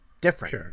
different